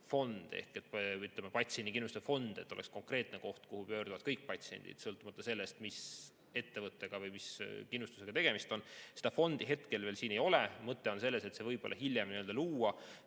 patsiendikindlustusfond, et oleks konkreetne koht, kuhu pöörduvad kõik patsiendid, sõltumata sellest, mis ettevõttega või mis kindlustusega tegemist on. Seda fondi hetkel veel siin [eelnõus] ei ole. Mõte on selles, et see võib-olla hiljem luua,